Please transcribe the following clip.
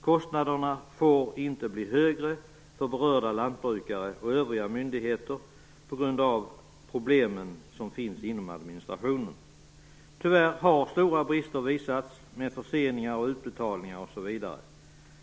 Kostnaderna får inte bli högre för berörda lantbrukare och myndigheter på grund av problemen inom administrationen. Tyvärr har stora brister visats med förseningar av utbetalningar osv.